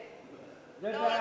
לא,